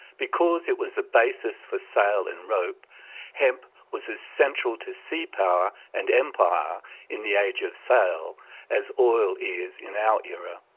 because it was the basis for sail and rope hemp was as central to sea power and empire in the age of sail as oil is in our era.